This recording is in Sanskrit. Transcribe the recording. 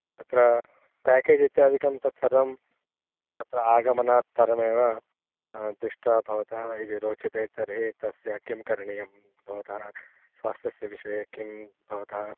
अत्र पेकेजि इत्यादिकं तत् सर्वं अत्र आगमनात् परमेव दृष्ट्वा भवतः यदि रोचते तर्हि तस्य किं करणीयं भवतः स्वास्थ्यस्य विषये किं भवतः